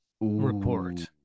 report